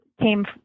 came